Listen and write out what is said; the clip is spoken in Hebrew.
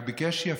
רק ביקש יפה,